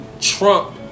Trump